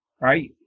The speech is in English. right